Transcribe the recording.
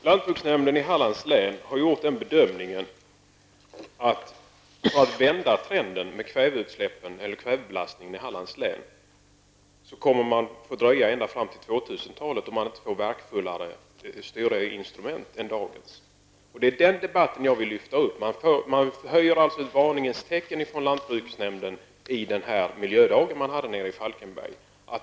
Herr talman! Lantbruksnämnden i Hallands län har gjort den bedömningen att man för att vända trenden när det gäller kvävebelastningen i Hallands län kommer att få vänta ända till 2000-talet, om man inte får mer verkningsfulla styrinstrument än dagens. Det är den debatten som jag vill lyfta fram. Lantbruksnämnden gav ett varningens tecken under den miljödag man hade i Falkenberg.